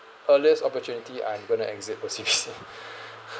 earliest opportunity I'm going to exit O_C_B_C